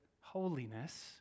holiness